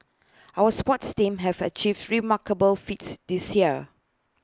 our sports teams have achieved remarkable feats this year